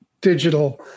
digital